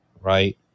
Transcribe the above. Right